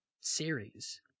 series